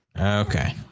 okay